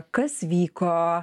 kas vyko